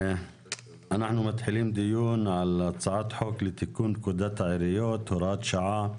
אנחנו מתחילים דיון על הצעת חוק לתיקון פקודת העיריות (הוראת שעה)